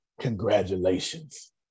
congratulations